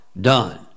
done